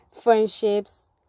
friendships